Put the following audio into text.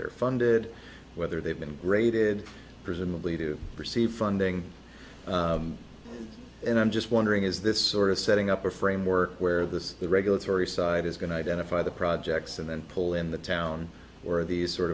they're funded whether they've been graded presumably to receive funding and i'm just wondering is this sort of setting up a framework where this the regulatory side is going to identify the projects and then pull in the town or are these sort